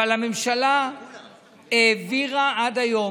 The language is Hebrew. אבל הממשלה העבירה עד היום,